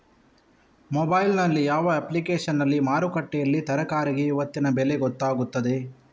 Mobile ನಲ್ಲಿ ಯಾವ ಅಪ್ಲಿಕೇಶನ್ನಲ್ಲಿ ಮಾರುಕಟ್ಟೆಯಲ್ಲಿ ತರಕಾರಿಗೆ ಇವತ್ತಿನ ಬೆಲೆ ಗೊತ್ತಾಗುತ್ತದೆ?